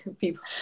people